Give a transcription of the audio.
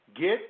Get